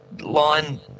line